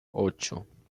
ocho